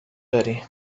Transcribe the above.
داری